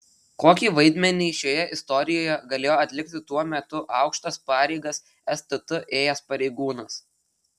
kokį vaidmenį šioje istorijoje galėjo atlikti tuo metu aukštas pareigas stt ėjęs pareigūnas